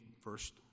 first